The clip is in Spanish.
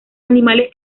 animales